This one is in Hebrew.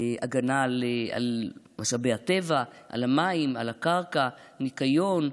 הגנה על משאבי הטבע, על המים, על הקרקע, ניקיון,